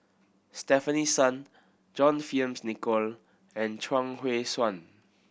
Stefanie Sun John Fearns Nicoll and Chuang Hui Tsuan